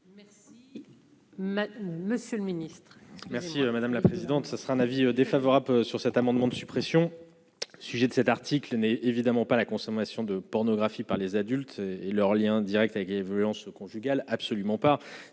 Merci, monsieur le Ministre.